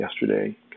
yesterday